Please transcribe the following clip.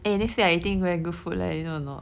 eh this year I eating very good food leh you know or not